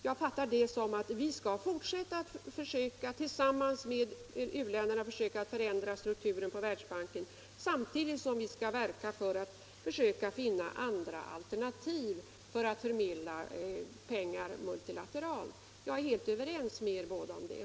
Jag fattar det att vi skall fortsätta att tillsammans med u-länderna försöka förändra strukturen på Världsbanken samtidigt som vi skall verka för att finna andra alternativ för att förmedla pengar multilateralt. Jag är helt överens med er båda om det.